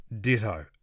ditto